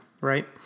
right